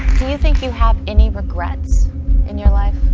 do you think you have any regrets in your life,